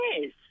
Yes